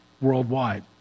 worldwide